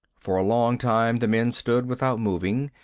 for a long time the men stood without moving.